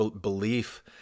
belief